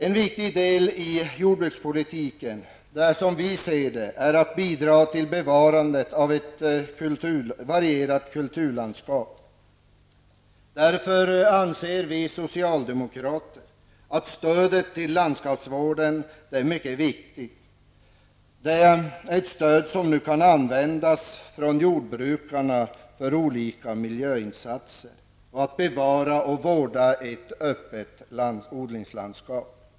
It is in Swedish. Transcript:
En viktig del i jordbrukspolitiken är enligt socialdemokratisk uppfattning att man bidrar till bevarandet av ett varierat kulturlandskap. Därför anser vi socialdemokrater att stödet till landskapsvård är mycket viktigt. Detta stöd kan användas av jordbrukarna för olika miljöinsatser för att därmed bevara och vårda ett öppet odlingslandskap.